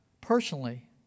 personally